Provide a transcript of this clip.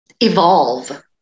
evolve